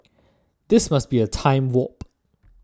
this must be a time warp